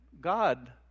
God